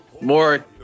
more